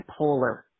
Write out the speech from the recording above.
bipolar